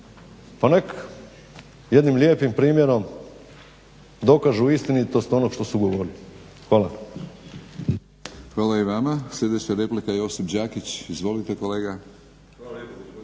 pa neka jednim lijepim primjerom dokažu istinitost onog što su govorili. Hvala. **Batinić, Milorad (HNS)** Hvala i vama. Sljedeća replika Josip Đakić. Izvolite kolega.